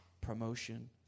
promotion